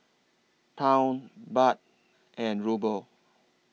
Pound Baht and Ruble